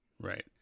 Right